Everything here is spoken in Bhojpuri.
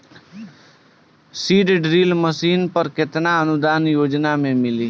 सीड ड्रिल मशीन पर केतना अनुदान योजना में मिली?